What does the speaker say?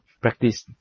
practice